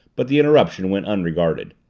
but the interruption went unregarded.